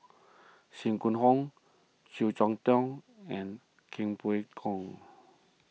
Sim Gong Hoo Yeo Cheow Tong and king Pway Ngon